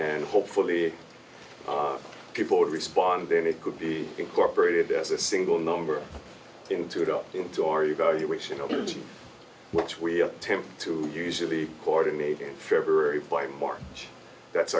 and hopefully people would respond then it could be incorporated as a single number into it up into our evaluation of which we attempt to usually coordinate in february by march that's